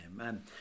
Amen